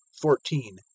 fourteen